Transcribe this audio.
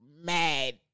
mad